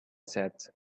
said